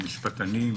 המשפטנים,